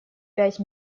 пять